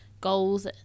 goals